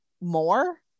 more